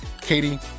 Katie